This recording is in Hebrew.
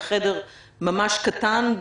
בחדר ממש קטן,